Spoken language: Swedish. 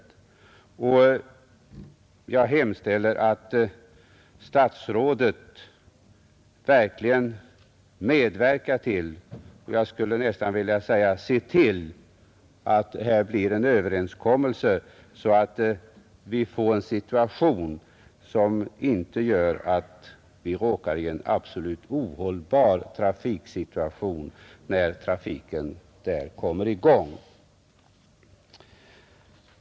Jag hemställer att statsrådet verkligen medverkar till, jag skulle nästan vilja säga ser till, att här blir en överenskommelse, så att vi inte råkar in i en absolut ohållbar situation när industritrafiken kommer i gång.